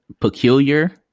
peculiar